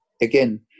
Again